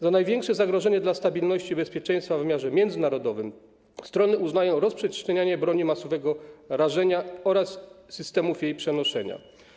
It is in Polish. Za największe zagrożenie dla stabilności i bezpieczeństwa w wymiarze międzynarodowym strony uznają rozprzestrzenianie broni masowego rażenia oraz systemów jej przenoszenia.